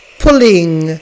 pulling